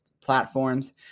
platforms